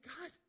God